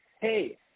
hey